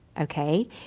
okay